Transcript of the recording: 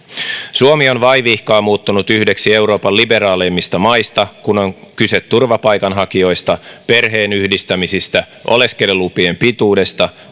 suomi on vaivihkaa muuttunut yhdeksi euroopan liberaaleimmista maista kun on kyse turvapaikanhakijoista perheenyhdistämisistä oleskelulupien pituudesta